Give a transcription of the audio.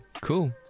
Cool